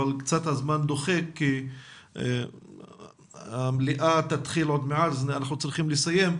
אבל הזמן דוחק כי המליאה תתחיל עוד מעט אז אנחנו צריכים לסיים.